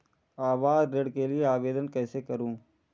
आवास ऋण के लिए आवेदन कैसे करुँ?